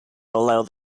allow